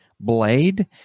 blade